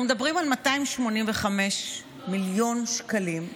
אנחנו מדברים על 285 מיליון שקלים.